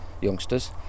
youngsters